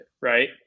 right